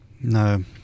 No